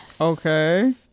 Okay